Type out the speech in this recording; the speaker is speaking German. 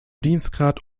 dienstgrad